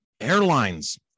Airlines